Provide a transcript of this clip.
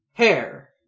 Hair